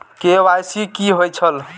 KYC कि होई छल?